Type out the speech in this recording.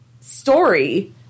story